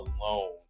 alone